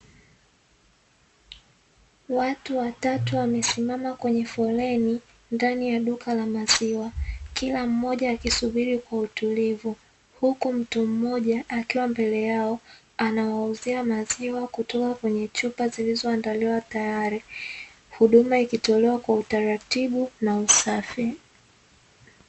Watu watatu wamesimama kwenye foleni ndani ya duka la maziwa, kila mmoja akisubiri kwa utulivu. Huku mtu mmoja akiwa mbele yao anawauzia maziwa kutoka kwenye chupa zilizoandaliwa tayari. Huduma ikitolewa kwa utaratibu na usafi.